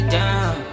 down